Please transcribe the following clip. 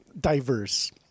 diverse